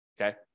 Okay